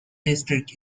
district